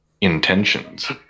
intentions